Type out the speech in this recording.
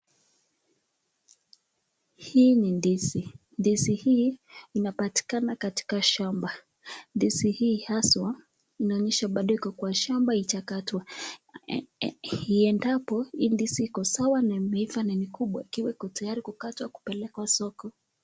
Hii ni ndizi, ndizi hii inapatikana katika shamba. Ndizi hii haswa inaonyesha bado iko kwa shamba haijakatwa. Iendapo hii ndizi iko sawa na imeiva na ni kubwa ikiwa iko tayari kukatwa na kupelekwa soko.